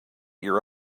your